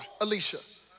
Alicia